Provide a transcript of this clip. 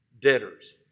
debtors